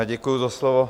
Děkuju za slovo.